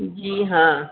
جی ہاں